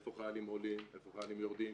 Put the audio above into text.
איפה החיילים עולים, איפה החיילים יורדים,